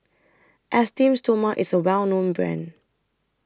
Esteem Stoma IS A Well known Brand